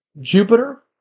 Jupiter